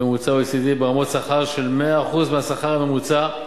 בממוצע OECD ברמת שכר של 100% השכר הממוצע,